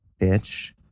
bitch